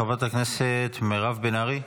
חברת הכנסת מירב בן ארי.